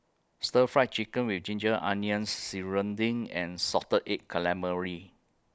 Stir Fry Chicken with Ginger Onions Serunding and Salted Egg Calamari